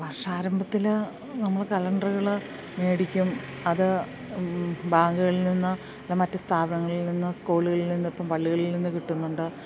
വർഷാരംഭത്തിൽ നമ്മൾ കലണ്ടറുകൾ മേടിക്കും അത് ബാങ്കുകളിൽ നിന്ന് അല്ല മറ്റ് സ്ഥാപനങ്ങളിൽ നിന്ന് സ്കൂളുകളിൽ നിന്ന് ഇപ്പം പള്ളികളിൽ നിന്ന് കിട്ടുന്നുണ്ട്